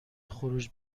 خروج